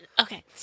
Okay